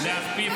רצונו החופשי.